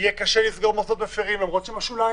יהיה קשה לסגור מוסדות מפירים למרות שהם בשוליים,